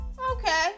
Okay